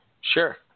Sure